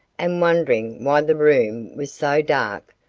and wondering why the room was so dark,